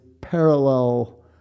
parallel